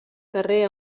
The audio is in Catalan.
carrer